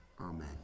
Amen